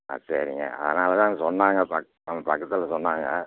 ஆ சரிங்க அதனால்தான் சொன்னாங்க பக் நம்ம பக்கத்தில் சொன்னாங்க